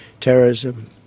terrorism